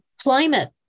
climate